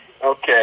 Okay